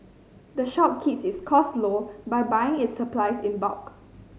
the shop keeps its costs low by buying its supplies in bulk